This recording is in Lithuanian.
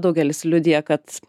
daugelis liudija kad